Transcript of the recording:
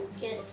get